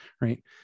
right